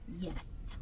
Yes